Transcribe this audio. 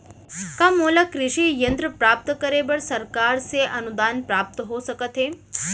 का मोला कृषि यंत्र प्राप्त करे बर सरकार से अनुदान प्राप्त हो सकत हे?